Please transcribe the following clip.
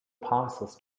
passes